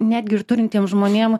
netgi ir turintiem žmonėm